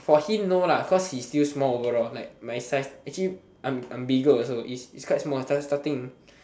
for him no lah cause he still small overall like my size actually I'm bigger also is just small size starting